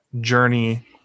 journey